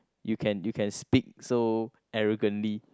you can you can speak so arrogantly